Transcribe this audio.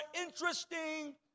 interesting